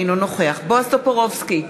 אינו נוכח בועז טופורובסקי,